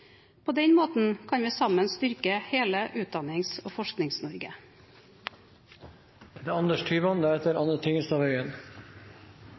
På den måten kan vi sammen styrke hele Utdannings- og